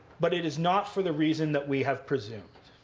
but it is not for the reason that we have presumed.